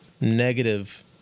negative